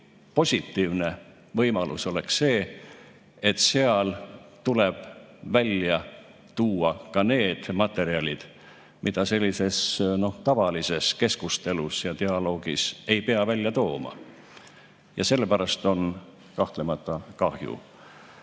positiivne võimalus? Oleks see, et seal tuleks välja tuua ka need materjalid, mida sellises tavalises keskustelus ja dialoogis ei pea välja tooma. Ja selle pärast on kahtlemata kahju.